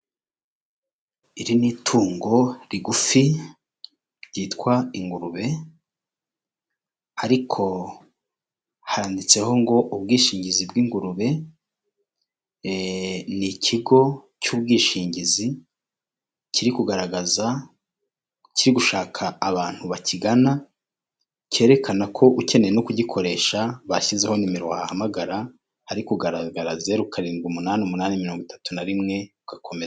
Iri ni itungo rigufi ryitwa ingurube ariko handitseho ngo ubwishingizi bw'ingurube, ni ikigo cy'ubwishingizi kiri kugaragaza, kiri gushaka abantu bakigana, cyerekana ko ukeneye no kugikoresha bashyizeho nimero wahamagara, hari kugaragara zeru karindwi umunani umunani mirongo itatu na rimwe ugakomeza.